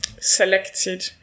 selected